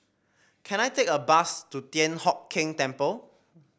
can I take a bus to Thian Hock Keng Temple